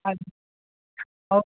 ଆଜ୍ଞା ହଉ